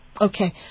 Okay